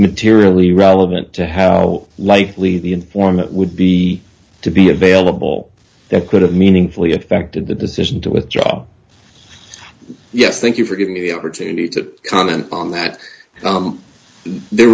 materially relevant to how likely the informant would be to be available that could have meaningfully affected the decision to withdraw yes thank you for giving me the opportunity to comment on that there